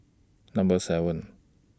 Number seven